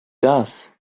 gas